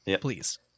Please